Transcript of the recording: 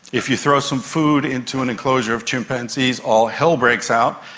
if you throw some food into an enclosure of chimpanzees, all hell breaks out.